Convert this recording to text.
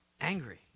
angry